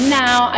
now